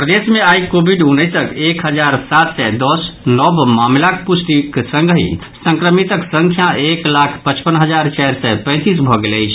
प्रदेश मे आई कोविड उन्नैसक एक हजार सात सय दस नव मामिलाक पुष्टिक संगहि संक्रमितक संख्या एक लाख पचपन हजार चारि सय पैंतीस भऽ गेल अछि